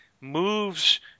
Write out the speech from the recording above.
Moves